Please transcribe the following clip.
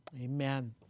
amen